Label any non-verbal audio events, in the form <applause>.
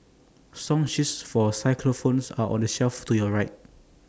song sheets for <unintelligible> are on the shelf to your right